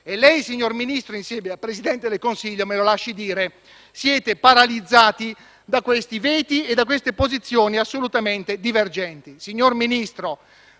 e lei, signor Ministro, che insieme al Presidente del Consiglio, siete - me lo lasci dire - paralizzati da questi veti e da queste posizioni assolutamente divergenti. Signor Ministro,